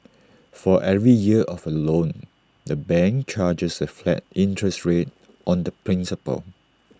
for every year of A loan the bank charges A flat interest rate on the principal